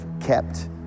kept